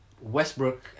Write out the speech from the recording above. Westbrook